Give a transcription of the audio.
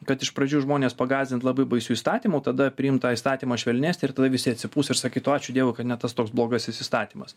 kad iš pradžių žmonės pagąsdint labai baisiu įstatymu tada priimt tą įstatymą švelnesnį ir tada visi atsipūs ir sakytų ačiū dievui kad ne tas toks blogasis įstatymas